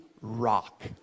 rock